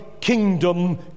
kingdom